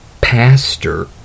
pastor